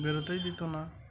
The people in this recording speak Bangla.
বেরোতেই দিত না